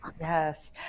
Yes